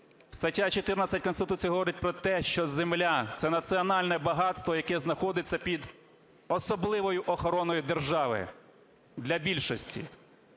Стаття 14 Конституції говорить про те, що земля – це національне багатство, яке знаходиться під особливою охороною держави. Для більшості